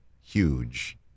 huge